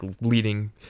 leading